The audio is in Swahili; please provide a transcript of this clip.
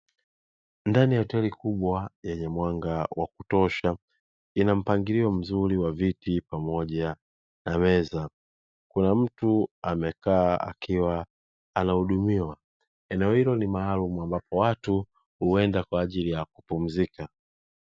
Ndani ya hoteli kubwa yenye mwanga wa kutosha, ina mpangilio mzuri wa viti pamoja na meza. Kuna mtu amekaa akiwa anahudumiwa. Eneo hilo ni maalumu ambapo watu huenda kwa ajili ya kupumzika.